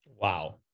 Wow